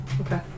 Okay